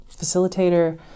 facilitator